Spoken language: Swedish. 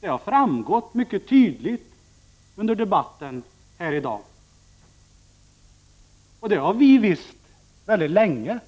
Det har framgått mycket tydligt under debatten här i dag, och det har vi vetat länge,